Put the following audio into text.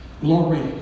Glory